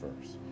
first